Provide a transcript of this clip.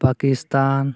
Pakistan